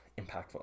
Impactful